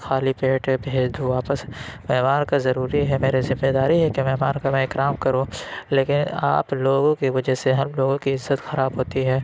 خالی پیٹ بھیج دوں واپس مہمان کا ضروری ہے میری ذمہ داری ہے کہ مہمان کا میں اکرام کروں لیکن آپ لوگوں کی وجہ سے ہم لوگوں کی عزت خراب ہوتی ہے